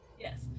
Yes